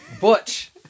Butch